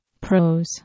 pros